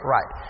Right